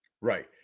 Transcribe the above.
Right